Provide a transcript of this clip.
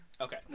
Okay